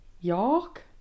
York